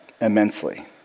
immensely